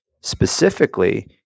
specifically